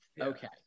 Okay